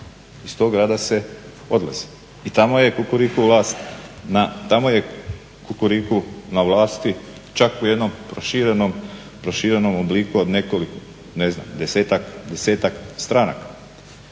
Iz tog grada se odlazi i tamo je Kukuriku na vlasti čak u jednom proširenom obliku od desetak stranaka.